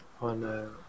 on